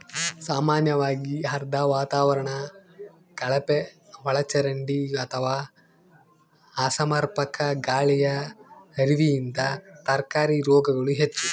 ಸಾಮಾನ್ಯವಾಗಿ ಆರ್ದ್ರ ವಾತಾವರಣ ಕಳಪೆಒಳಚರಂಡಿ ಅಥವಾ ಅಸಮರ್ಪಕ ಗಾಳಿಯ ಹರಿವಿನಿಂದ ತರಕಾರಿ ರೋಗಗಳು ಹೆಚ್ಚು